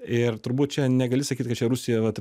ir turbūt čia negali sakyt kad čia rusija vat